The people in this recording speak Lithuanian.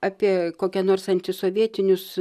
apie kokią nors antisovietinius